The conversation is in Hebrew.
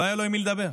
לא היה לו עם מי לדבר,